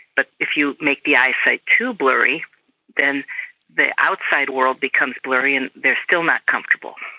but if you make the eyesight too blurry then the outside world becomes blurry and they are still not comfortable.